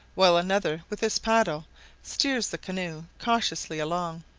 while another with his paddle steers the canoe cautiously along.